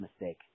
mistake